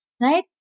Right